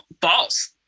balls